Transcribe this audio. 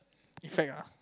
in fact ah